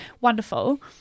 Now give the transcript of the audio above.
wonderful